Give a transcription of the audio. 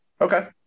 Okay